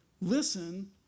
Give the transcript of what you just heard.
Listen